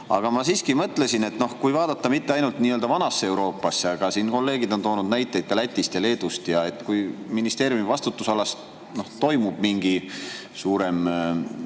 Aga ma siiski mõtlesin, et noh, kui vaadata mitte ainult nii-öelda vanasse Euroopasse, vaid ka, nagu siin kolleegid on toonud näiteid Läti ja Leedu kohta, siis kui ministeeriumi vastutusalas toimub mingi suurem